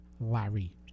Larry